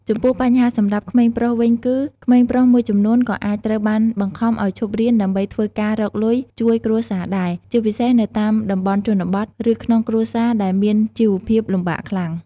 ចំពោះបញ្ហាសម្រាប់ក្មេងប្រុសវិញគឺ ក្មេងប្រុសមួយចំនួនក៏អាចត្រូវបានបង្ខំឱ្យឈប់រៀនដើម្បីធ្វើការរកលុយជួយគ្រួសារដែរ ជាពិសេសនៅតាមតំបន់ជនបទ ឬក្នុងគ្រួសារដែលមានជីវភាពលំបាកខ្លាំង។